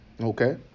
Okay